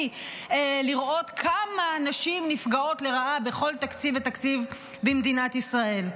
כדי לראות כמה נשים נפגעות לרעה בכל תקציב ותקציב במדינת ישראל.